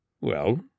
Well